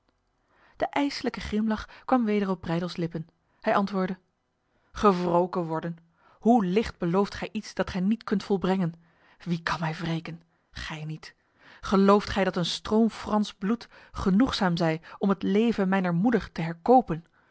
de ijselijke grimlach kwam weder op breydels lippen hij antwoordde gewroken worden hoe licht belooft gij iets dat gij niet kunt volbrengen wie kan mij wreken gij niet gelooft gij dat een stroom frans bloed genoegzaam zij om het leven mijner moeder te herkopen